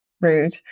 rude